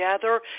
together